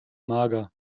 mager